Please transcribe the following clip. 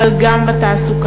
אבל גם בתעסוקה.